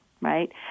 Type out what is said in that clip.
right